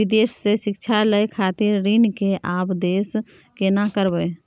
विदेश से शिक्षा लय खातिर ऋण के आवदेन केना करबे?